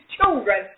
children